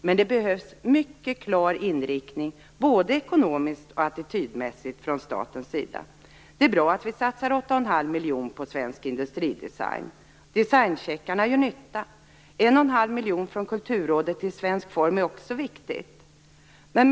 Men det behövs en mycket klar inriktning - både ekonomiskt och attitydmässigt - från statens sida. Det är bra att vi satsar 8 1⁄2 miljon på svensk industridesign. Designcheckarna gör nytta. 1 1⁄2 miljon från Kulturrådet till svensk form är också viktigt.